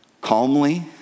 calmly